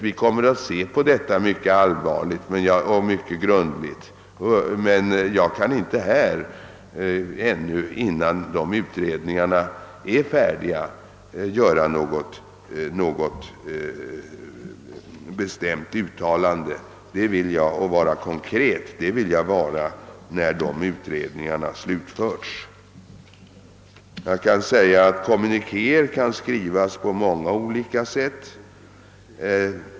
Vi kommer att se på detta mycket allvarligt och grundligt, men jag kan inte, innan utredningarna är färdiga, göra något bestämt uttalande. Konkret vill jag vara när utredningarna slutförts. Kommunikéer kan skrivas på många olika sätt.